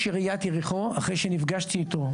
לראש עיריית יריחו, אחרי שנפגשתי איתו,